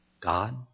God